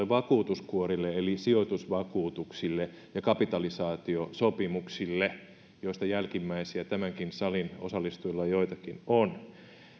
vakuutuskuorille eli sijoitusvakuutuksille ja kapitalisaatiosopimuksille joista jälkimmäisiä tämänkin salin osallistujilla joitakin on